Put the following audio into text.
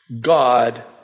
God